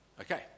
Okay